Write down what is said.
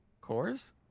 Cores